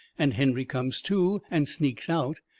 and henry comes to and sneaks out,